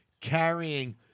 Carrying